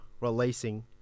releasing